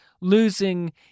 losing